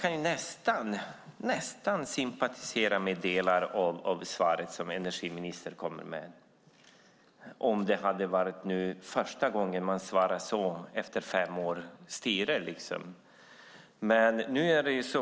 Man kunde nästan ha sympatiserat med delar av det svar som energiministern kommer med - om det hade varit första gången, efter fem års styre, som hon svarade så.